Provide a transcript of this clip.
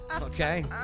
Okay